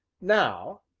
now,